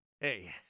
Hey